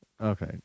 Okay